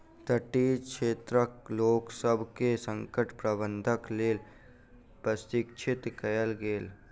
तटीय क्षेत्रक लोकसभ के संकट प्रबंधनक लेल प्रशिक्षित कयल गेल